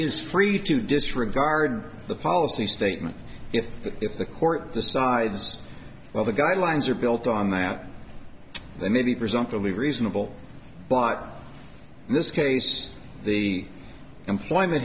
is free to disregard the policy statement if if the court decides well the guidelines are built on that they may be presumptively reasonable but in this case the employment